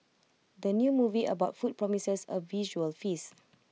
the new movie about food promises A visual feast